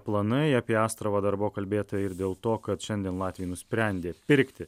planai apie astravą dar buvo kalbėta ir dėl to kad šiandien latviai nusprendė pirkti